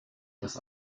das